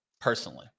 personally